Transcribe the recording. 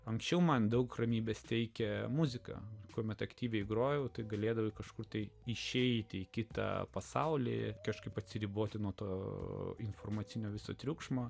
anksčiau man daug ramybės teikia muzika kuomet aktyviai grojau tai galėdavo kažkur tai išeiti į kitą pasaulį kažkaip atsiriboti nuo to informacinio viso triukšmo